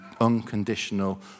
unconditional